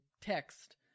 text